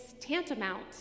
tantamount